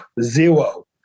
zero